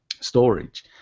storage